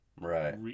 Right